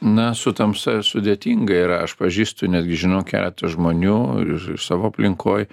na su tamsa sudėtinga yra aš pažįstu netgi žinau keletą žmonių ir iš savo aplinkoj